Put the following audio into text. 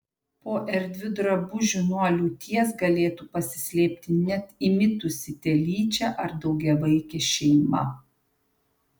po erdviu drabužiu nuo liūties galėtų pasislėpti net įmitusi telyčia ar daugiavaikė šeima